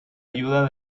ayuda